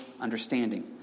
understanding